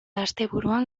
asteburuan